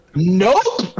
Nope